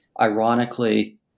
Ironically